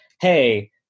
hey